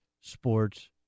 Sports